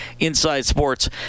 InsideSports